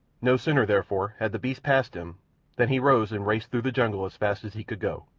no sooner, therefore, had the beasts passed him than he rose and raced through the jungle as fast as he could go,